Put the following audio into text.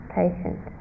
patient